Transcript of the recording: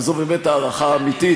וזו הערכה אמיתית,